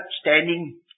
standing